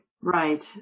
Right